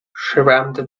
schwärmte